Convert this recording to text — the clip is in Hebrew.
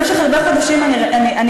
במשך הרבה חודשים אני פניתי,